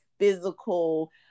Physical